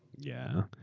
yeah.